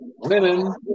Women